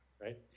right